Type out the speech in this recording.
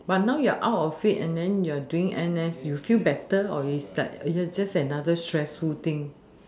but now you're out of it then you're doing N_S you feel better or it's like just another stressful thing